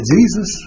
Jesus